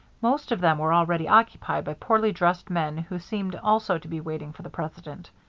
most of them were already occupied by poorly dressed men who seemed also to be waiting for the president.